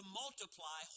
multiply